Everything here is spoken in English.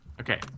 Okay